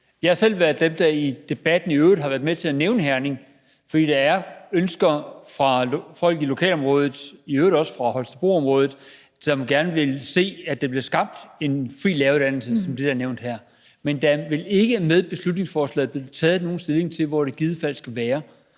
øvrigt selv været den, der i debatten har været med til at nævne Herning, for der er ønsker fra folk i lokalområdet, og i øvrigt også fra folk i Holstebroområdet, som gerne ville se, at der blev skabt en fri læreruddannelse, som det bliver nævnt her. Men der vil ikke med beslutningsforslaget blive taget nogen stilling til, hvor det i givet fald skal være.